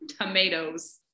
tomatoes